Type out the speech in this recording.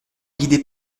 guidée